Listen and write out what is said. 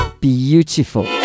Beautiful